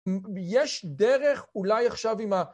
יש דרך, אולי עכשיו עם ה...